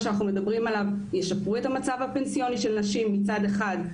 שאנחנו מדברים עליו ישפרו את המצב הפנסיוני של נשים מצד אחד,